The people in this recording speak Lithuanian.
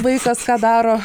vaikas ką daro